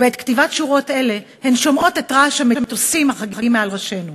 ובעת כתיבת שורות אלו הן שומעות את רעש המטוסים החגים מעל ראשיהן.